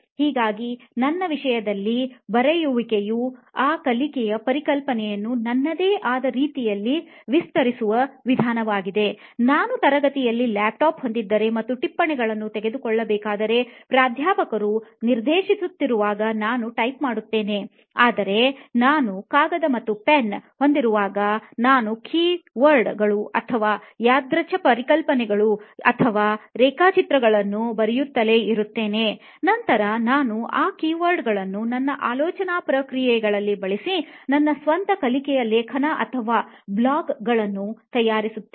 ಹಾಗಾಗಿ ನನ್ನ ವಿಷಯದಲ್ಲಿ ಬರೆಯುವಿಕೆಯು ಆ ಕಲಿಯುವ ಪರಿಕಲ್ಪನೆಯನ್ನು ನನ್ನದೇ ಆದ ರೀತಿಯಲ್ಲಿ ವಿಸ್ತರಿಸುವ ವಿಧಾನವಾಗಿದೆ ನಾನು ತರಗತಿಯಲ್ಲಿ ಲ್ಯಾಪ್ಟಾಪ್ ಹೊಂದಿದ್ದರೆ ಮತ್ತು ಟಿಪ್ಪಣಿಗಳನ್ನು ತೆಗೆದುಕೊಳ್ಳಬೇಕಾದರೆ ಪ್ರಾಧ್ಯಾಪಕರು ನಿರ್ದೇಶಿಸುತ್ತಿರುವಾಗ ನಾನು ಟೈಪ್ ಮಾಡುತ್ತೇನೆ ಆದರೆ ನಾನು ಕಾಗದ ಮತ್ತು ಪೆನ್ನು ಹೊಂದಿರುವಾಗ ನಾನು ಕೀವರ್ಡ್ಗಳು ಅಥವಾ ಯಾದೃಚ್ ಪರಿಕಲ್ಪನೆಗಳು ಅಥವಾ ರೇಖಾಚಿತ್ರಗಳನ್ನು ಬರೆಯುತ್ತಲೇ ಇರುತ್ತೇನೆ ನಂತರ ನಾನು ಆ ಕೀವರ್ಡ್ ಗಳನ್ನೂ ನನ್ನ ಆಲೋಚನಾ ಪ್ರಕ್ರಿಯೆಯಲ್ಲಿ ಬಳಿಸಿ ನನ್ನ ಸ್ವಂತ ಕಲಿಕೆಯ ಲೇಖನ ಅಥವಾ ಬ್ಲಾಗ್ಗಳನ್ನೂ ತಯಾರಿಸುತ್ತೇನೆ